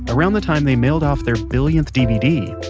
around the time they mailed off their billionth dvd,